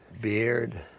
beard